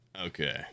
okay